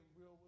real